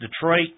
Detroit